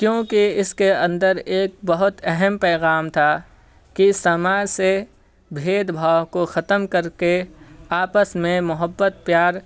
کیونکہ اس کے اندر ایک بہت اہم پیغام تھا کہ سماج سے بھید بھاؤ کو ختم کر کے آپس میں محبت پیار